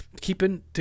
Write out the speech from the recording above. keeping